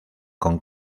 con